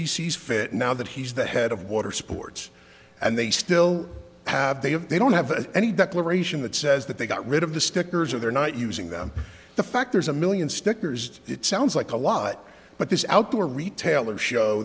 he sees fit now that he's the head of watersports and they still have they have they don't have any declaration that says that they got rid of the stickers or they're not using them the fact there's a million stickers it sounds like a lot but this outdoor retailer show